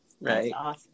Right